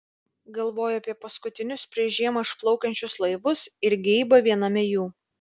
galvoju apie paskutinius prieš žiemą išplaukiančius laivus ir geibą viename jų